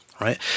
right